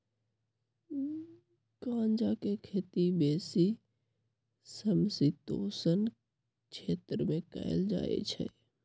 गञजा के खेती बेशी समशीतोष्ण क्षेत्र में कएल जाइ छइ